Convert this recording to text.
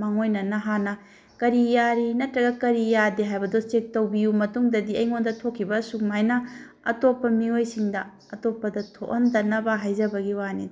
ꯃꯥꯡꯑꯣꯏꯅꯅ ꯍꯥꯟꯅ ꯀꯔꯤ ꯌꯥꯔꯤ ꯅꯠꯇ꯭ꯔꯒ ꯀꯔꯤ ꯌꯥꯗꯦ ꯍꯥꯏꯕꯗꯣ ꯆꯦꯛ ꯇꯧꯕꯤꯌꯨ ꯃꯇꯨꯡꯗꯗꯤ ꯑꯩꯉꯣꯟꯗ ꯊꯣꯛꯈꯤꯕ ꯑꯁꯨꯃꯥꯏꯅ ꯑꯇꯣꯞꯄ ꯃꯤꯑꯣꯏꯁꯤꯡꯗ ꯑꯇꯣꯞꯄꯗ ꯊꯣꯛꯍꯟꯗꯅꯕ ꯍꯥꯏꯖꯕꯒꯤ ꯋꯥꯅꯤꯗ